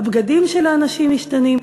הבגדים של האנשים משתנים,